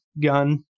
gun